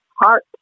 heart